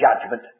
judgment